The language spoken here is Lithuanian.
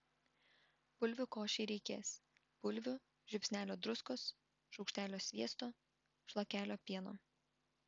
bulvių košei reikės bulvių žiupsnelio druskos šaukštelio sviesto šlakelio pieno